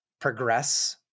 progress